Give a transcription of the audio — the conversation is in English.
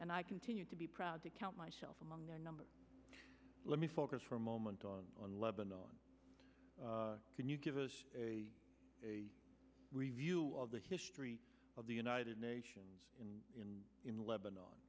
and i continue to be proud to count myself among their number let me focus for a moment on lebanon can you give us a review of the history of the united nations in lebanon